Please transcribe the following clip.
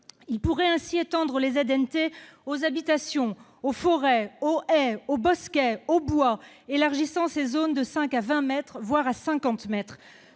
non traitées, les ZNT, aux habitations, aux forêts, aux haies, aux bosquets et aux bois, élargissant ces zones de 5 à 20 mètres, voire à 50 mètres.